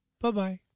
Bye-bye